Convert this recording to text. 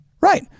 Right